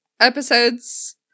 episodes